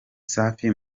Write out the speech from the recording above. safi